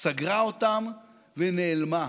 סגרה אותם ונעלמה,